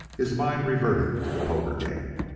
his mind reverted to the poker game.